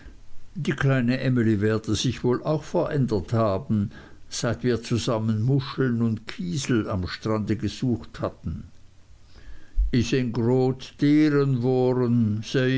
die kleine emly werde sich wohl auch verändert haben seitdem wir zusammen muscheln und kiesel am strande gesucht hatten is een grot deeren